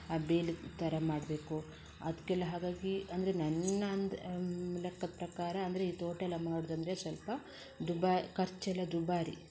ಆ ಬೇಲಿ ಥರ ಮಾಡಬೇಕು ಅದಕ್ಕೆಲ್ಲ ಹಾಗಾಗಿ ಅಂದರೆ ನನ್ನ ಅಂದ್ ಲೆಕ್ಕದ ಪ್ರಕಾರ ಅಂದರೆ ಈ ತೋಟ ಎಲ್ಲ ಮಾಡುದು ಅಂದರೆ ಸ್ವಲ್ಪ ದುಬಾ ಖರ್ಚು ಎಲ್ಲ ದುಬಾರಿ